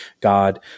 God